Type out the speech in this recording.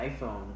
iphone